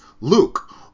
Luke